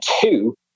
two